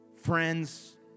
friends